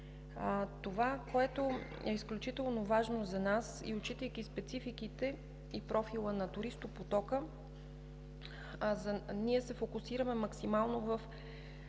Това, което е изключително важно за нас, и отчитайки спецификите и профила на туристопотока, ние се фокусираме максимално в